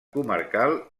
comarcal